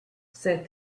said